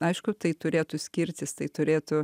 aišku tai turėtų skirtis tai turėtų